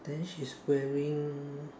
then she's wearing